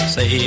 Say